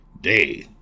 day